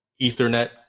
ethernet